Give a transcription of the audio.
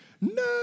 No